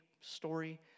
story